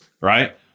right